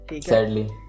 Sadly